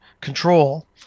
control